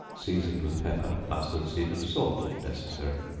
seasoned with pepper, mustard seed, and salt, if necessary.